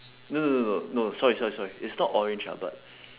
no no no no no sorry sorry sorry it's not orange ah but